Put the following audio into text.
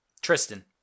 Tristan